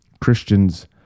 Christians